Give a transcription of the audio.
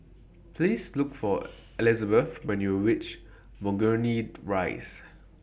Please Look For Elisabeth when YOU REACH Burgundy Rise